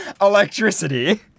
electricity